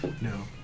No